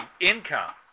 income